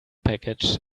package